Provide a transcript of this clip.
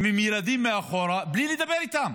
הם עם ילדים מאחור, בלי לדבר איתם,